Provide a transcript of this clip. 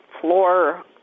floor